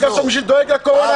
--- של מי שדואג לקורונה.